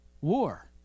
war